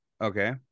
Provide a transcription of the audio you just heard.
Okay